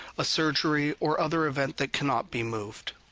a surgery, or other event that cannot be moved.